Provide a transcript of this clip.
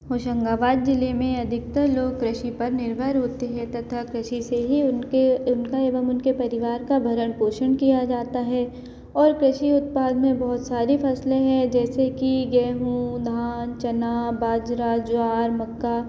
होशंगाबाद ज़िले में अधिकतर लोग कृषि पर निर्भर होते हैं तथा कृषि से ही उनके उनका एवं उनके परिवार का भरण पोषण किया जाता है और कृषि उत्पादन में बहुत सारी फसले हैं जैसे कि गेहूँ धान चना बाजरा ज्वार मक्का